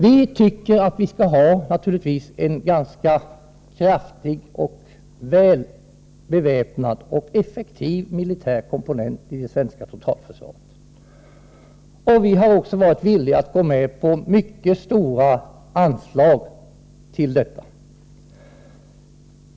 Vi tycker att vi naturligtvis skall ha en ganska kraftig, väl beväpnad och effektiv militär komponent i det svenska totalförsvaret. Vi har också varit villiga att gå med på mycket stora anslag till detta.